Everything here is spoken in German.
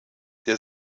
der